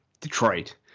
Detroit